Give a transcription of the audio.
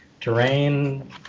terrain